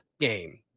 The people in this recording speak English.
game